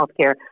healthcare